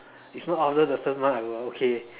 if not after the first month I will okay